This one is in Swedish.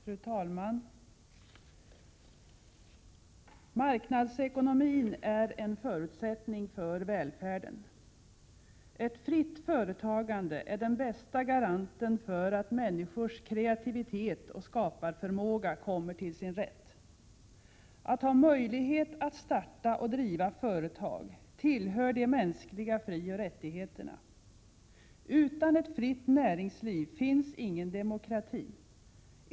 Fru talman! Marknadsekonomin är en förutsättning för välfärden. Ett fritt företagande är den bästa garanten för att människors kreativitet och skaparförmåga kommer till sin rätt. Att ha möjlighet att starta och driva företag tillhör de mänskliga frioch rättigheterna. Utan ett fritt näringsliv finns ingen demokrati.